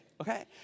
Okay